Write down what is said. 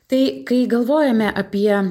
tai kai galvojame apie